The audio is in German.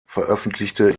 veröffentlichte